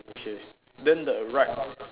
okay then the right